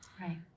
Right